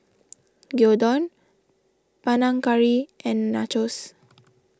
Gyudon Panang Curry and Nachos